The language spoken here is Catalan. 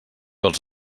els